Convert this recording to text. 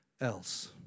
else